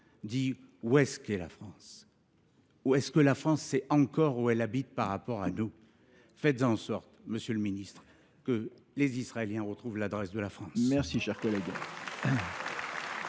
: où est la France ? Est ce que la France sait encore où elle habite par rapport à nous ? Faites en sorte, monsieur le ministre, que les Israéliens retrouvent l’adresse de la France ! La parole est